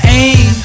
aim